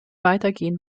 weitergehen